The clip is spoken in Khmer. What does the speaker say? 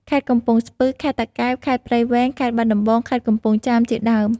ខេត្តកំពង់ស្ពឺ ខេត្តតាកែវ ខេត្តព្រៃវែង ខេត្តបាត់ដំបង ខេត្តកំពង់ចាម ជាដើម។